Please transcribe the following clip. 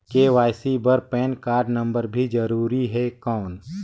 KYC बर PAN card number भी जरूरी हे कौन?